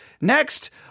Next